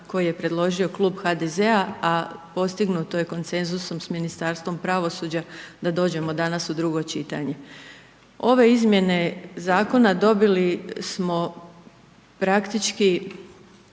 koji je predložio Klub HDZ-a, a postignuto je konsenzusom s Ministarstvom pravosuđa da dođemo danas u drugo čitanje. Ove izmjene zakona dobili smo praktički